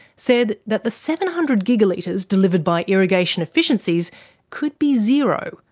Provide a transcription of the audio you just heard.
said that the seven hundred gigalitres delivered by irrigation efficiencies could be zero,